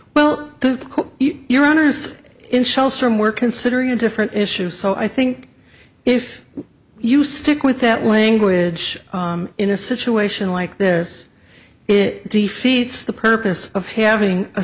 well your honor is in shells from we're considering a different issue so i think if you stick with that language in a situation like this it defeats the purpose of having a